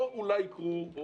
הם לא יקרו אולי.